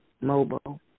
mobile